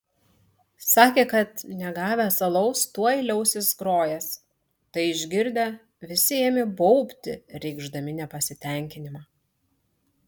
sakė kad negavęs alaus tuoj liausis grojęs tai išgirdę visi ėmė baubti reikšdami nepasitenkinimą